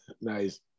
Nice